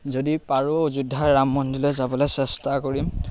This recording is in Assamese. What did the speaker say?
যদি পাৰো অযোধ্যাৰ ৰাম মন্দিৰলৈ যাবলৈ চেষ্টা কৰিম